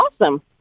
Awesome